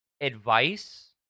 advice